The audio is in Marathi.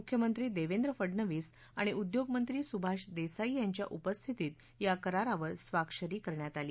मुख्यमंत्री देवेंद्र फडणवीस आणि उद्योगमंत्री सुभाष देसाई यांच्या उपस्थितीत या करारावर स्वाक्षरी करण्यात आली